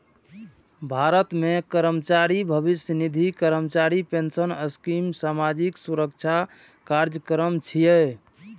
भारत मे कर्मचारी भविष्य निधि, कर्मचारी पेंशन स्कीम सामाजिक सुरक्षा कार्यक्रम छियै